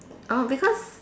orh because